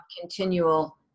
continual